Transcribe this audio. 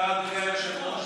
אדוני היושב-ראש,